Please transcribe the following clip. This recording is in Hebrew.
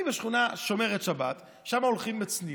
אני בשכונה שומרת שבת, שם הולכים בצניעות,